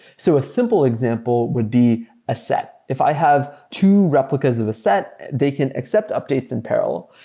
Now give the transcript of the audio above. so a simple example would be a set. if i have two replicas of a set, they can accept updates in peril,